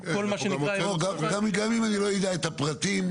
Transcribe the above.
כל מה שנקרא- -- גם אם אני לא אדע את הפרטים,